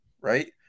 right